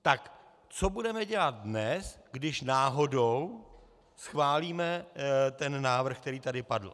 Tak co budeme dělat dnes, když náhodou schválíme návrh, který tady padl.